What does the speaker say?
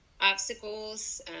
obstacles